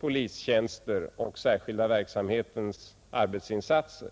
polistjänster och särskilda verksamhetens arbetsinsatser.